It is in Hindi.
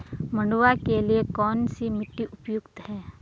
मंडुवा के लिए कौन सी मिट्टी उपयुक्त है?